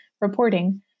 reporting